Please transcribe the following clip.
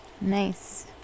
nice